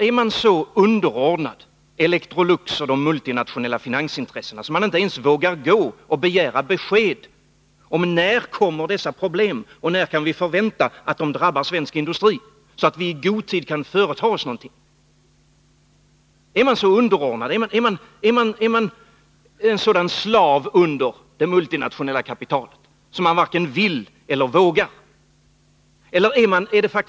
Är man så underordnad Electrolux och de multinationella finansintressena, att man inte ens vågade begära besked om när de här problemen skulle uppstå och när de förväntades drabba svensk industri, så att man i god tid hade kunnat företa sig någonting? Är man verkligen en sådan slav under det multinationella kapitalet att man varken vill eller vågar göra detta?